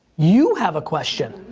you have a question.